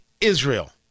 Israel